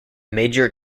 major